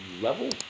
level